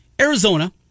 Arizona